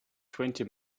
twenty